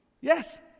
Yes